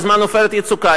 בזמן "עופרת יצוקה",